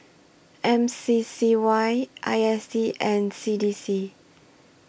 M C C Y I S D and C D C